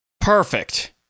Perfect